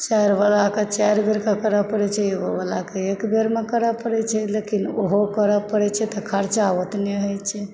चारि वालाके चारि बेर करय पड़ै छै एगो वालाके एक बेरमे करय पड़ै छै लेकिन ओहो करय पड़ै छै तऽ खर्चा ओतने होइ छै